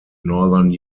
northern